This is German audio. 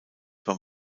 beim